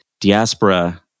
diaspora